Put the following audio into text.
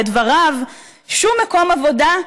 לדבריו "שום מקום עבודה,